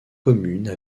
communes